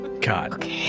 God